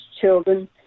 children